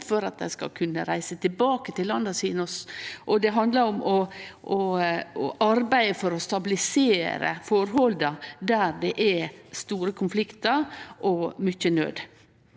for at dei skal kunne reise tilbake til landet sitt. Det handlar også om å arbeide for å stabilisere forholda der det er store konfliktar og mykje nød.